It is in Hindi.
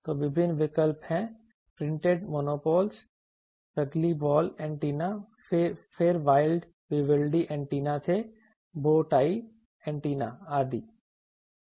तो विभिन्न विकल्प हैं printed monopole rugby ball antenna फिर विवाल्डी एंटेना थे बो टाई एंटेना आदि थे